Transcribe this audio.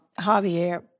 Javier